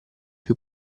più